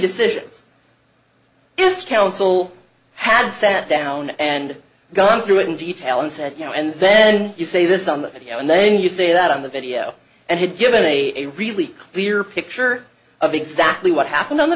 decisions if counsel had sat down and gone through it in detail and said you know and then you say this on the video and then you say that on the video and had given a really clear picture of exactly what happened on the